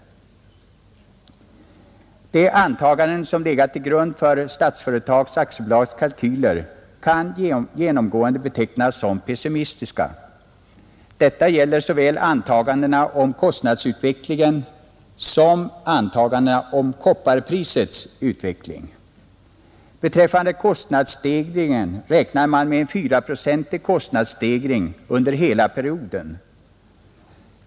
De antaganden, som legat till grund för Statsföretag AB:s kalkyler kan genomgående betecknas som pessimistiska, Detta gäller såväl antagandena om kostnadsutvecklingen som antagandena om kopparprisets utveckling. Beträffande kostnadsstegringen räknar man med en 4-procentig kostnadsstegring under hela perioden.